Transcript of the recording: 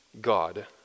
God